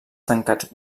tancats